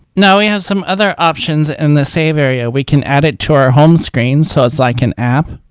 now we have some other options in the save area. we can add it to our home screen, so it's like an app,